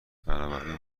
بنابراین